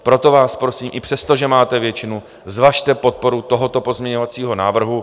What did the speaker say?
Proto vás prosím i přesto, že máte většinu, zvažte podporu tohoto pozměňovacího návrhu.